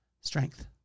strength